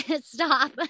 stop